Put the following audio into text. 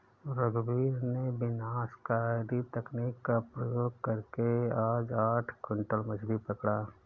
रघुवीर ने विनाशकारी तकनीक का प्रयोग करके आज आठ क्विंटल मछ्ली पकड़ा